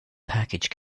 package